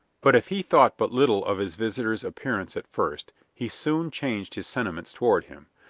but if he thought but little of his visitor's appearance at first, he soon changed his sentiments toward him,